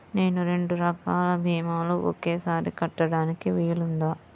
నేను రెండు రకాల భీమాలు ఒకేసారి కట్టడానికి వీలుందా?